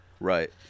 Right